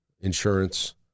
insurance